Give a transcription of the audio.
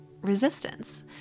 resistance